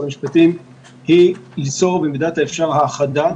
משפטים היא ליצור במידת האפשר האחדה